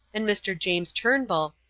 and mr. james turnbull,